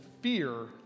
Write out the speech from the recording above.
fear